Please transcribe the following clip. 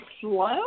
slow